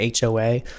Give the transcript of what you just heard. HOA